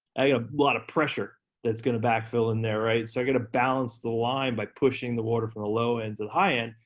a a lot of pressure that's gonna backfill in there, right? so i gotta balance the line by pushing the water from a low end to the high end,